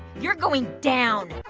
you're going down.